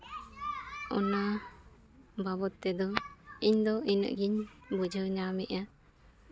ᱚᱱᱟ ᱵᱟᱵᱚᱫ ᱛᱮᱫᱚ ᱤᱧᱫᱚ ᱤᱱᱟᱹᱜ ᱜᱤᱧ ᱵᱩᱡᱷᱟᱹᱣ ᱧᱟᱢᱮᱫᱼᱟ